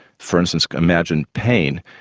for instance imagine pain,